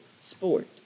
sport